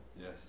Yes